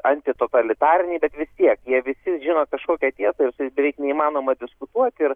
antitotalitariniai bet vis tiek jie visi žino kažkokią tiesą ir su jais beveik neįmanoma diskutuot ir